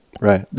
Right